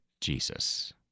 Jesus